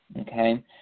Okay